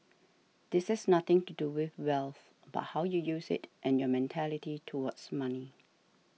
this has nothing to do with wealth but how you use it and your mentality towards money